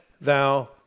thou